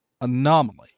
anomaly